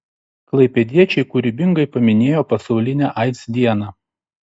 klaipėdiečiai kūrybingai paminėjo pasaulinę aids dieną